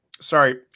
sorry